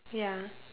ya